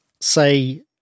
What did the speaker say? say